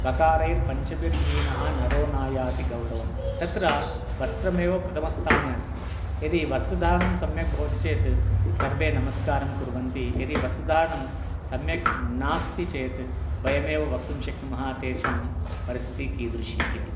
वकारैः पञ्चभिर्नः नरो नायाति गौरवं तत्र वस्त्रम् एव प्रथमस्थाने अस्ति यदि वस्रधारणं सम्यक् भवति चेत् सर्वे नमस्कारं कुर्वन्ति यदि वस्रधारणं सम्यक् नास्ति चेत् वयमेव वक्तुं शक्नुमः तेषां परिस्थितिः कीदृशी इति